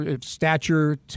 stature